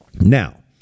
now